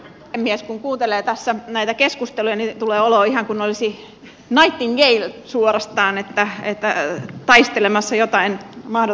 kun kuuntelee tässä näitä keskusteluja niin tulee olo ihan kuin olisi nightingale suorastaan että taistelemassa jotain mahdotonta vastaan